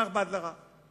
מה אכפת לך?